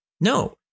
No